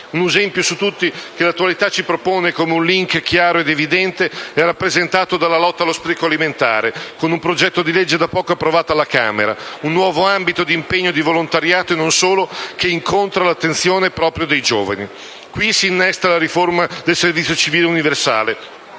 Un esempio su tutti che l'attualità ci propone come un *link* chiaro ed evidente è rappresentato dalla lotta allo spreco alimentare, con un progetto di legge da poco approvato alla Camera: un nuovo ambito di impegno di volontariato e non solo che incontra l'attenzione proprio dei giovani. Qui si innesta la riforma del servizio civile universale: